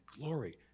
glory